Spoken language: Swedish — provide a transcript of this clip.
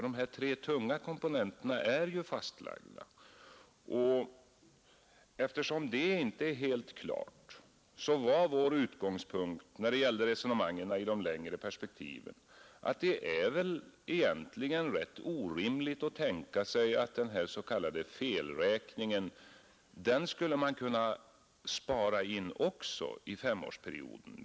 De tre tunga komponenterna är ju fastlagda. Vår utgångspunkt när det gäller resonemangen i de långa perspektiven var, eftersom det inte är helt klart, att det egentligen är orimligt att tänka sig att man även skulle kunna spara in den s.k. felräkningen i femårsperioden.